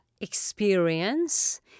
experience